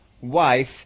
wife